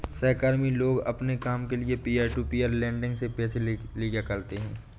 सहकर्मी लोग अपने काम के लिये पीयर टू पीयर लेंडिंग से पैसे ले लिया करते है